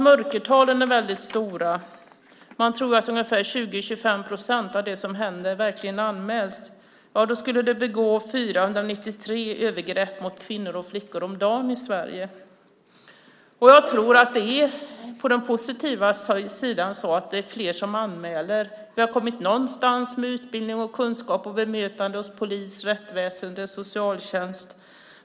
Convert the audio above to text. Mörkertalen är väldigt stora - man tror att ungefär 20-25 procent av det som händer verkligen anmäls. I så fall skulle det begås 493 övergrepp mot kvinnor och flickor om dagen i Sverige. Jag tror att det, på den positiva sidan, är så att fler anmäler. Vi har kommit någonstans med utbildning och kunskap och bemötande hos polis, rättsväsen, socialtjänst.